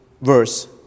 verse